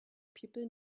people